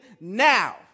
now